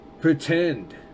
pretend